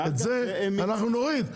את זה אנחנו נוריד,